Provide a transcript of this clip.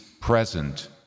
present